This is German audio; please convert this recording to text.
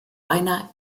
einer